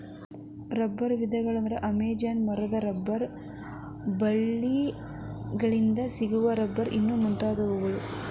ರಬ್ಬರ ವಿಧಗಳ ಅಂದ್ರ ಅಮೇಜಾನ ಮರದ ರಬ್ಬರ ಬಳ್ಳಿ ಗಳಿಂದ ಸಿಗು ರಬ್ಬರ್ ಇನ್ನು ಮುಂತಾದವು